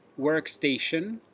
workstation